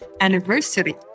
anniversary